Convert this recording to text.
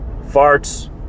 farts